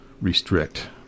restrict